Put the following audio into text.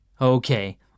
Okay